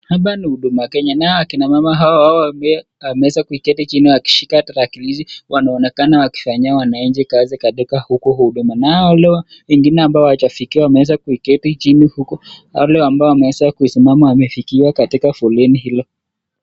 Haba na huduma Kenya nao akina mama hao hao wameweza kuiketi chini wakishika tarakilishi, wanaonekana wakifanyia wananchi kazi katika huko huduma nao wale wengine ambao hawajafikiwa wameweza kuiketi chini huko, wale ambao wameweza kuisimama wamefikiwa katika foleni hilo.